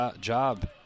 job